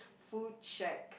food shack